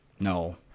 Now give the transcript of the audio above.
No